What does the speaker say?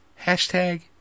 Hashtag